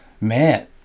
man